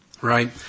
Right